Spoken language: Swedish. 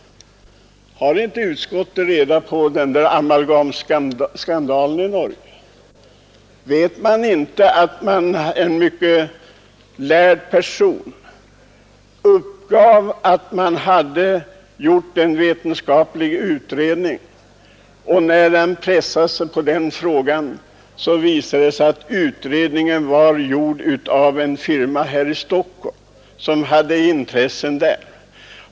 Har inte utskottet hört talas om amalgamskandalen i Norge? En mycket lärd person uppgav att man hade gjort en vetenskaplig utredning, och när han pressades på den punkten visade det sig att utredningen var gjord av en firma här i Stockholm som hade intresse i saken.